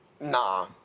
Nah